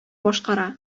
башкара